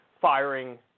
firing